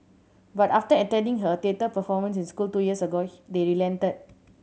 but after attending her theatre performance in school two years ago they relented